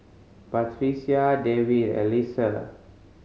Batrisya Dewi Alyssa